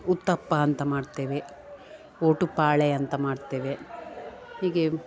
ಉತ್ತಪ್ಪ ಅಂತ ಮಾಡ್ತೇವೆ ಓಟುಪಾಳೆ ಅಂತ ಮಾಡ್ತೇವೆ ಹೀಗೆ